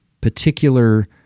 particular